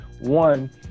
One